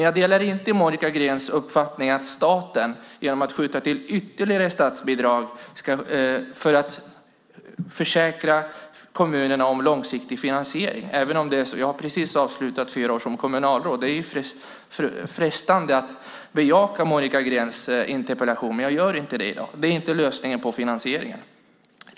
Jag delar inte Monica Greens uppfattning att staten ska skjuta till ytterligare statsbidrag för att försäkra kommunerna långsiktig finansiering. Jag har precis avslutat fyra år som kommunalråd, och det är frestande att bejaka Monica Greens interpellation, men jag gör inte det i dag. Det är inte lösningen på finansieringen.